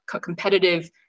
competitive